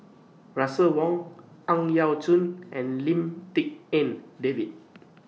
Russel Wong Ang Yau Choon and Lim Tik En David